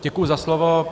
Děkuji za slovo.